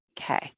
Okay